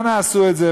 אנא עשו את זה.